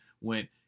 went